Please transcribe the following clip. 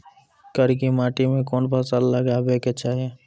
करकी माटी मे कोन फ़सल लगाबै के चाही?